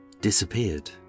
disappeared